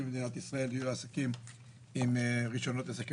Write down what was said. במדינת ישראל יהיו עסקים עם רישיונות עסקים.